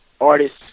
artists